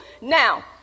Now